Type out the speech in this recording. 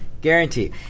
Guarantee